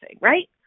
right